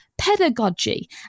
pedagogy